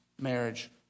marriage